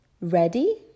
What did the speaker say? Ready